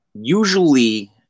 Usually